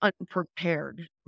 unprepared